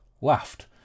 Laughed